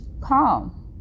calm